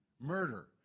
murder